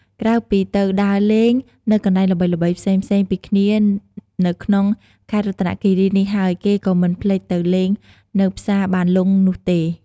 ក្រៅពីទៅដើរលេងនៅកន្លែងល្បីៗផ្សេងៗពីគ្នានៅក្នុងខេត្តរតនគីរីនេះហើយ គេក៏មិនភ្លេចទៅលេងនៅផ្សារបានលុងនោះទេ។